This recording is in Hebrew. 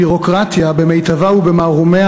הביורוקרטיה במיטבה ובמערומיה,